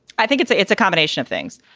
i think it's a it's a combination of things.